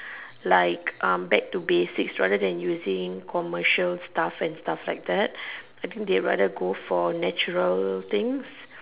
like um back to basics rather than using commercial stuff and stuff like that they can be rather go for natural things